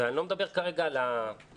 ואני לא מדבר כרגע על הילדים,